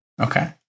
Okay